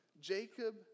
Jacob